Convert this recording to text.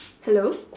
hello